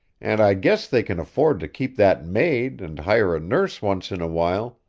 and i guess they can afford to keep that maid and hire a nurse once in a while,